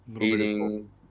eating